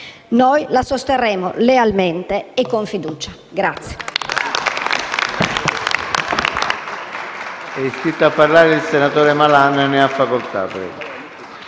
Noi la sosterremo lealmente e con fiducia.